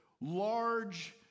large